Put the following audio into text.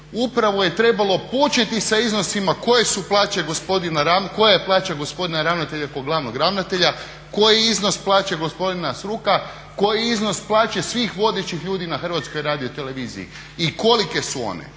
upravo je trebalo početi sa iznosima koja je plaća gospodina ravnatelja kao glavnog ravnatelja, koji je iznos plaće gospodina Sruka, koji je iznos plaće svih vodećih ljudi na HRT-u i kolike su one.